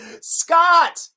Scott